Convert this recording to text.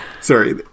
Sorry